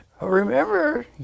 remember